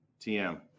TM